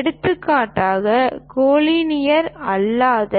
எடுத்துக்காட்டாக கோலீனியர் அல்லாத